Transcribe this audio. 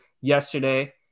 yesterday